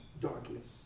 darkness